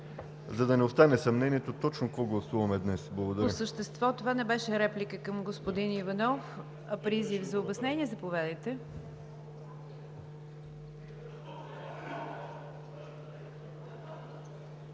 за да не остане съмнението точно какво гласуваме днес. Благодаря